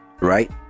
right